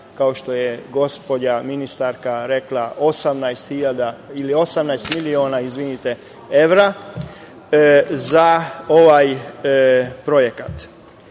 kao što je gospođa ministarka rekla, 18 miliona evra za ovaj projekat.